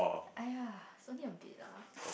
aiyah only a bit lah